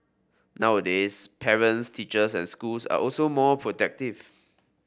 nowadays parents teachers and schools are also more protective